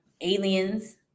aliens